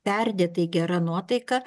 perdėtai gera nuotaika